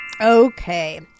Okay